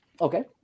Okay